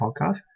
Podcast